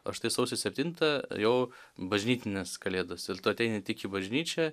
o štai sausio septintą jau bažnytinės kalėdos ir tu ateini tik į bažnyčią